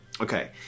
Okay